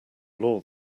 law